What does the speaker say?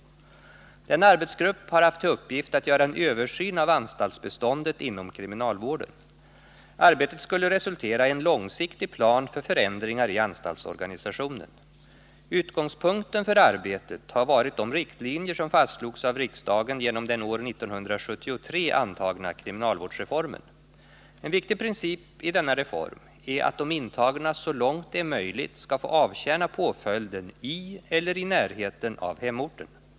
Denna arbetsgrupp har haft till uppgift att göra en översyn av anstaltsbeståndet inom kriminalvården. Arbetet skulle resultera i en långsiktig plan för förändringar i anstaltsorganisationen. Utgångspunkten för arbetet har varit de riktlinjer som fastslogs av riksdagen genom den år 1973 antagna kriminalvårdsreformen. En viktig princip i denna reform är att de intagna så långt det är möjligt skall få avtjäna påföljden i eller i närheten av hemorten.